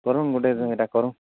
କରୁଁନ୍ ଗୋଟେ ଏଇଟା କରୁଁ